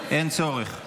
אין צורך.